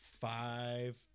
five